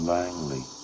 Langley